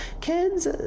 kids